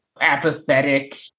apathetic